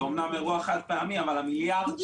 זה אמנם אירוע חד-פעמי אבל בסוף,